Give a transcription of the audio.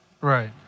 right